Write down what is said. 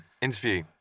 interview